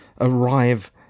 arrive